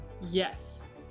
Yes